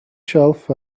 shelf